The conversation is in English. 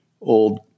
old